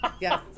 Yes